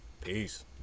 peace